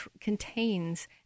contains